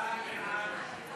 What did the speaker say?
כבוד האדם וחירותו (תיקון, שוויון)